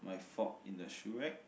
my fob in the shoe rack